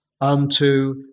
unto